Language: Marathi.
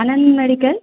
आनंद मेडिकल